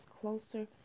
closer